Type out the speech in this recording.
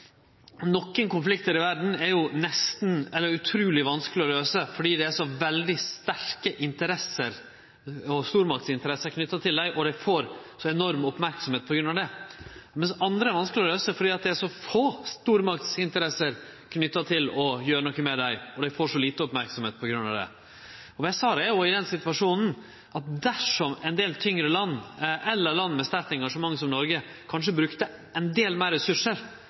det er så veldig sterke stormaktsinteresser knytte til dei, og dei får så enorm merksemd på grunn av det, medan andre er vanskelege å løyse fordi det er så få stormaktsinteresser knytte til å gjere noko med dei, og dei får så lite merksemd på grunn av det. Vest-Sahara er i den situasjonen at dersom ein del tyngre land, eller land med sterkt engasjement, som Noreg, kanskje brukte ein del meir ressursar,